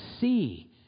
see